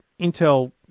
Intel